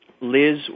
Liz